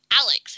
Alex